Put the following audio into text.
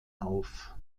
auf